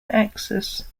access